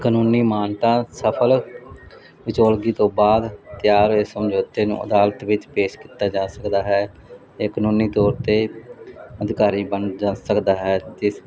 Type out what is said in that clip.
ਕਾਨੂੰਨੀ ਮਾਨਤਾ ਸਫਲ ਵਿਚੋਲਗੀ ਤੋਂ ਬਾਅਦ ਤਿਆਰ ਹੋਏ ਸਮਝੌਤੇ ਨੂੰ ਅਦਾਲਤ ਵਿੱਚ ਪੇਸ਼ ਕੀਤਾ ਜਾ ਸਕਦਾ ਹੈ ਇਹ ਕਾਨੂੰਨੀ ਤੌਰ 'ਤੇ ਅਧਿਕਾਰੀ ਬਣ ਜਾ ਸਕਦਾ ਹੈ ਅਤੇ